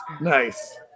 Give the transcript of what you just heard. nice